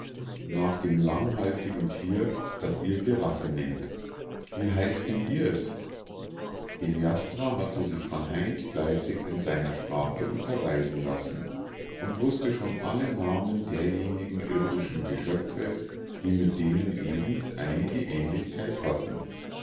nach dem langhalsigen tier das ihr giraffe nennt wie heißet denn ihr's heliastra hatte sich von heinz fleißig in seiner sprache unterweisen lassen und wußte schon alle namen derjenigen irdischen geschöpfe die mit denen edens einige ähnlichkeit hatten